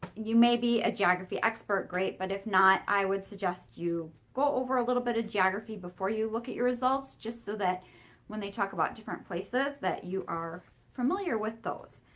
you may be a geography expert. great. but if not, i would suggest you go over a little bit of geography before you look at your results just so that when they talk about different places that you are familiar with those.